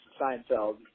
Seinfeld